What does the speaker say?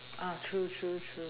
true true true